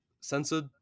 censored